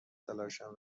تلاشم